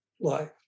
life